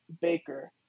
Baker